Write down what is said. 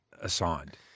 assigned